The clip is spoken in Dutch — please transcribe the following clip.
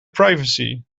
privacy